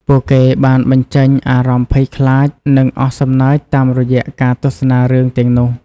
ពួកគេបានបញ្ចេញអារម្មណ៍ភ័យខ្លាចនិងអស់សំណើចតាមរយៈការទស្សនារឿងទាំងនោះ។